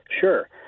sure